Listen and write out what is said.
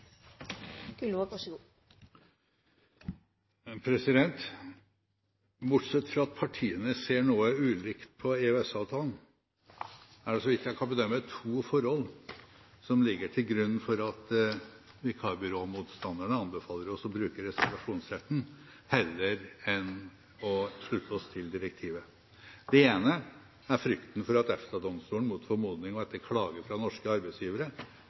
Bortsett fra at partiene ser noe ulikt på EØS-avtalen, er det så vidt jeg kan bedømme, to forhold som ligger til grunn for at vikarbyråmotstanderne anbefaler oss å bruke reservasjonsretten heller enn å slutte oss til direktivet. Det ene er frykten for at EFTA-domstolen mot formodning og etter klage fra norske arbeidsgivere